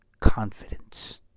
confidence